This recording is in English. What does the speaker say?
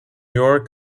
york